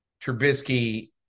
Trubisky